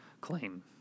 claim